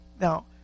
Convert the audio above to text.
Now